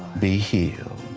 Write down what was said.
be healed.